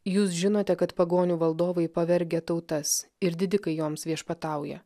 jūs žinote kad pagonių valdovai pavergia tautas ir didikai joms viešpatauja